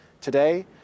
today